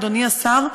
אדוני השר,